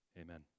Amen